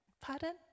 pardon